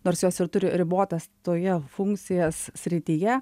nors jos ir turi ribotas toje funkcijas srityje